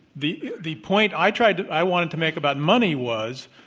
the the point i tried to i wanted to make about money was,